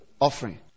offering